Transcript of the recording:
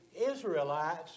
Israelites